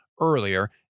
earlier